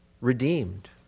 redeemed